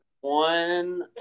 one